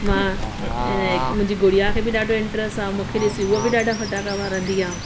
मां मुंहिंजी गुड़िया खे बि ॾाढो इंट्रस्ट आहे मूंखे ॾिसी उहा बि ॾाढा फटाका ॿारींदी आहे